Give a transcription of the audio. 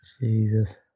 Jesus